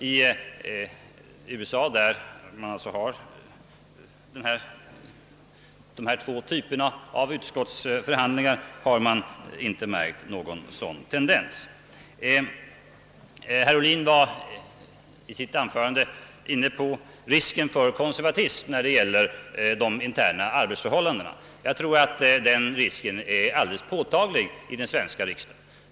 I USA där man alltså har dessa två typer av utskottsförhandlingar har man inte märkt någon sådan tendens. risken för konservatism i fråga om de interna arbetsförhållandena. Jag tror att den risken är alldeles påtaglig i den svenska riksdagen.